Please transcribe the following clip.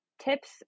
tips